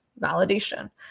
validation